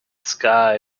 sky